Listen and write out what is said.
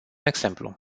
exemplu